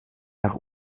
nach